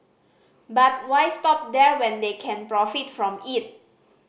but why stop there when they can profit from it